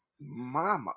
Mama